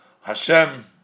Hashem